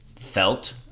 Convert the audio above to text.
felt